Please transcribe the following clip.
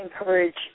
encourage